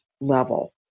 level